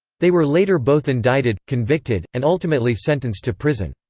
they were later both indicted, convicted, and ultimately sentenced to prison.